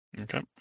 Okay